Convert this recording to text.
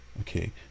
okay